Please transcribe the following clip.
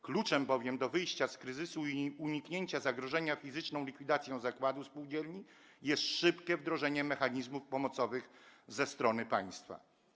Kluczem bowiem do wyjścia z kryzysu i uniknięcia zagrożenia fizyczną likwidacją zakładu spółdzielni jest szybkie wdrożenie mechanizmów pomocowych ze strony państwa.